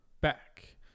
back